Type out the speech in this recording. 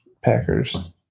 Packers